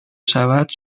شود